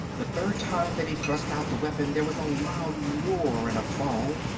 the third time that he thrust out the weapon there was a loud roar and a fall,